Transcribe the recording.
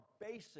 basic